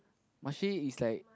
Marche is like